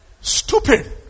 Stupid